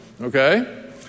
Okay